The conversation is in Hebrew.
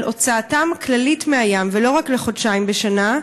על הוצאתם הכללית מהים ולא רק לחודשיים לשנה,